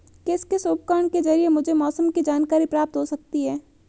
किस किस उपकरण के ज़रिए मुझे मौसम की जानकारी प्राप्त हो सकती है?